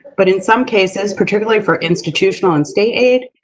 but in some cases, particularly for institutional and state aid,